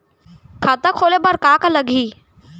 खाता खोले बार का का लागही?